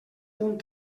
punt